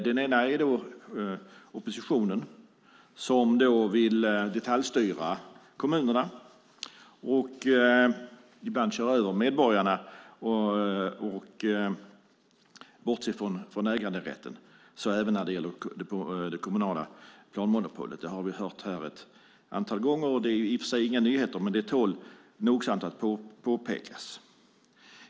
Den ena är oppositionen, som vill detaljstyra kommunerna och ibland köra över medborgarna och bortse från äganderätten, även när det gäller det kommunala planmonopolet. Det har vi hört här ett antal gånger. Det är i och för sig inga nyheter, men det tål att nogsamt påpekas.